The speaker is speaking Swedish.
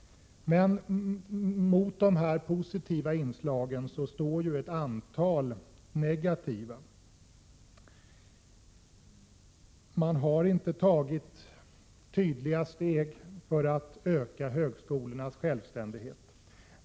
Mot dessa positiva inslag står emellertid ett antal negativa. För det första har man inte tagit tillräckliga steg för att öka högskolornas självständighet.